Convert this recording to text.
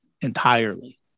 entirely